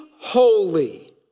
holy